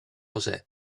josé